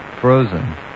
Frozen